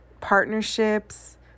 partnerships